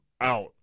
out